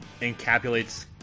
encapsulates